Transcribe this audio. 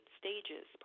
stages